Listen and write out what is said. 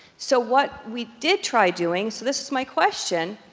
so what we did try doing, so this is my question,